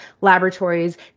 laboratories